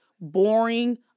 boring